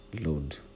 load